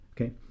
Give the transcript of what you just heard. okay